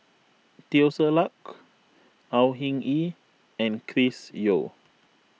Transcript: Teo Ser Luck Au Hing Yee and Chris Yeo